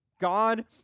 God